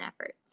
efforts